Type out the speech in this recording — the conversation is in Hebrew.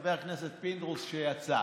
חבר הכנסת פינדרוס שיצא,